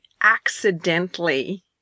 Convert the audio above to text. accidentally